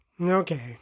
Okay